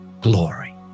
glory